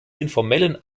informellen